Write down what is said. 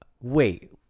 wait